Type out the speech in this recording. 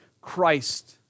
Christ